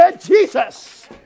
Jesus